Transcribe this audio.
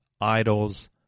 idols